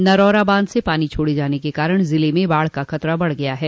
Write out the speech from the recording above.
नरौरा बांध से पानी छोड़े जाने के कारण जिले में बाढ़ का खतरा बढ़ गया है